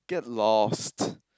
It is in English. get lost